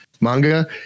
manga